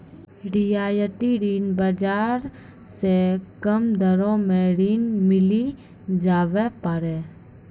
रियायती ऋण बाजार से कम दरो मे ऋण मिली जावै पारै